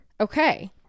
Okay